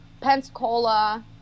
pensacola